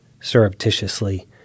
surreptitiously